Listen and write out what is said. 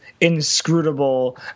inscrutable